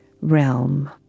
realm